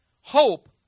Hope